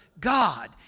God